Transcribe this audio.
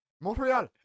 Montreal